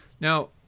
Now